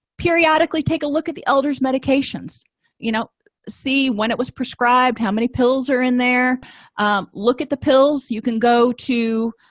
periodically take a look at the elders medications you know see when it was prescribed how many pills are in there look at the pills you can go to